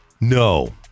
No